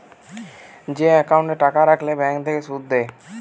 যে একাউন্টে টাকা রাখলে ব্যাঙ্ক থেকে সুধ দিতেছে